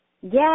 Yes